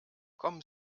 kommen